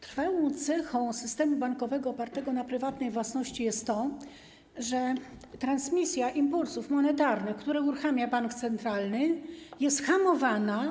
Trwałą cechą systemu bankowego opartego na prywatnej własności jest to, że transmisja impulsów monetarnych, które uruchamia bank centralny, jest hamowana.